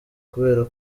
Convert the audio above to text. kubera